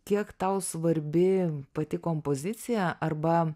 kiek tau svarbi pati kompozicija arba